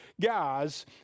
guys